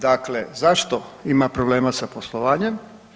Dakle, zašto ima problema sa poslovanjem?